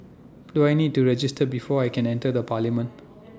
do I need to register before I can enter the parliament